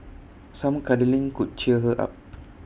some cuddling could cheer her up